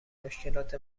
مشکلات